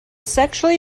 sexually